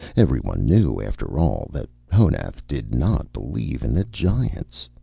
everyone knew, after all, that honath did not believe in the giants.